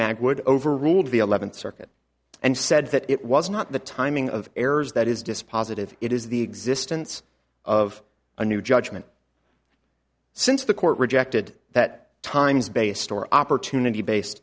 mag would overruled the eleventh circuit and said that it was not the timing of errors that is dispositive it is the existence of a new judgment since the court rejected that times based or opportunity based